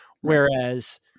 Whereas